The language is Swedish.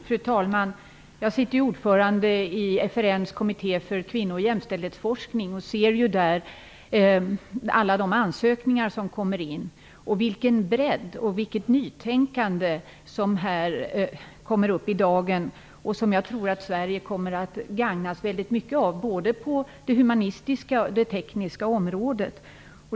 Fru talman! Jag är ordförande i FRN:s kommitté för kvinno och jämställdhetsforskning. Jag ser där alla ansökningar som kommer in och den bredd och det nytänkande som kommer upp i dagen och som jag tror att Sverige kommer att gagnas väldigt mycket av, både på det humanistiska och på det tekniska området.